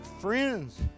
friends